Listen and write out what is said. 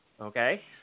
okay